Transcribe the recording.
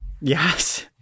Yes